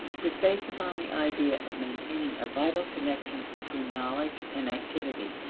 was based upon the idea of maintaining a vital connection between knowledge and activity.